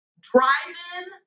drive-in